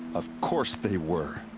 of course they were!